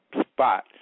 spot